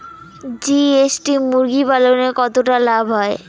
GST মুরগি পালনে কতটা লাভ হয়?